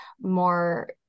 more